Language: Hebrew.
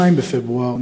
2 בפברואר,